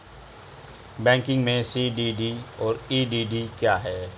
Banking में CDD और EDD क्या हैं?